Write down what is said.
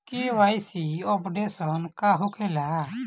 KYC updation का होखेला?